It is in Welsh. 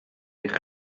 eich